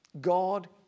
God